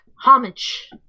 homage